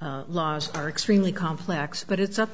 laws are extremely complex but it's up